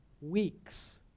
weeks